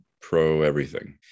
pro-everything